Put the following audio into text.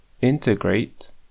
integrate